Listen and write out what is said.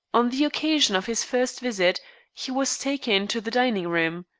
on the occasion of his first visit he was taken to the dining-room.